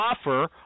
offer